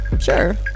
Sure